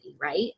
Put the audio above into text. right